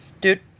Dude